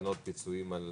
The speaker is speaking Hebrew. תקנות פיצויים על